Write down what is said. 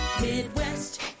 Midwest